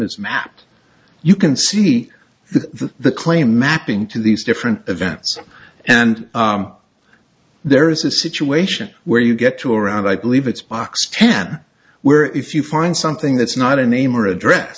is mapped you can see the claim mapping to these different events and there is a situation where you get to around i believe it's box ten where if you find something that's not a name or address